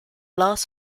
last